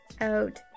out